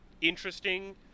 interesting